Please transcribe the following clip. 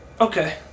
Okay